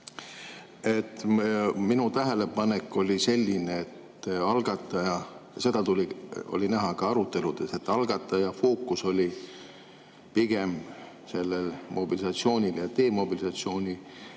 Minu tähelepanek oli selline, et algataja – seda oli näha ka aruteludes – fookus oli pigem mobilisatsiooni ja demobilisatsiooni